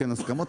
כן הסכמות,